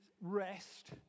rest